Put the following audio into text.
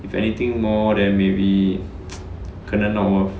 if anything more than maybe 可能 not worth